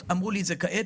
אמרו לי את זה כעת,